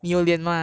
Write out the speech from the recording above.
开玩笑啦